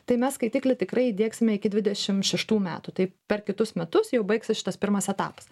tai mes skaitiklį tikrai įdiegsime iki dvidešim šeštų metų tai per kitus metus jau baigsis šitas pirmas etapas